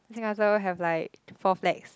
sand castle will have like four flags